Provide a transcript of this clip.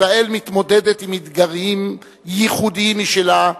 ישראל מתמודדת עם אתגרים ייחודיים משלה,